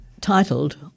titled